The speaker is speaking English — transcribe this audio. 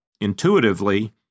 intuitively